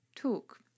talk